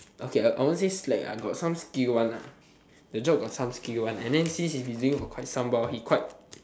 okay I won't say slack lah got some skill one lah the job got some skill one and then since he doing for quite some while he quite